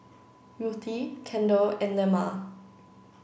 Ruthie Kendell and Lemma